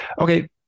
Okay